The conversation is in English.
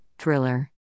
Thriller